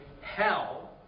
hell